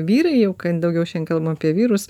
vyrai jau daugiau šiandien kalbam apie vyrus